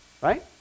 right